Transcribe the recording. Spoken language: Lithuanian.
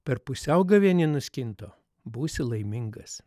per pusiaugavėnį nuskinto būsi laimingas